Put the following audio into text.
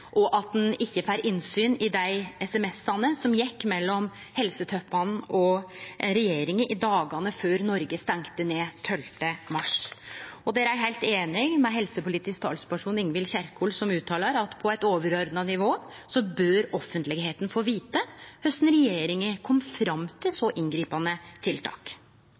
og at ein ikkje får innsyn i dei sms-ane som gjekk mellom helsetoppane og regjeringa i dagane før Noreg stengde ned den 12. mars. Eg er heilt einig med helsepolitisk talsperson, Ingvild Kjerkol, som har uttalt at på eit overordna nivå bør offentlegheita få vite korleis regjeringa kom fram til så inngripande tiltak.